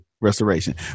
restoration